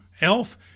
elf